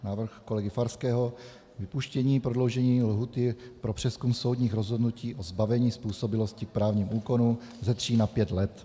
Návrh kolegy Farského, vypuštění prodloužení lhůty pro přezkum soudních rozhodnutí o zbavení způsobilosti k právním úkonům ze tří na pět let.